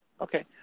Okay